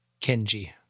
Kenji